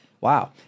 Wow